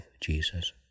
Jesus